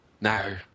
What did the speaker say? No